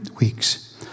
weeks